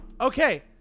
okay